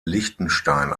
liechtenstein